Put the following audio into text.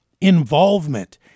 involvement